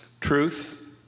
Truth